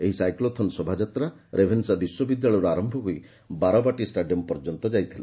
ଏହି ସାଇକ୍ଲୋଥୋନ ଶୋଭାଯାତ୍ରା ରେଭେନ୍ବା ବିଶ୍ୱବିଦ୍ୟାଳୟରୁ ଆର ବାରବାଟୀ ଷ୍ଟାଡିୟମ୍ ପର୍ଯ୍ୟନ୍ତ ଚାଲିଥିଲା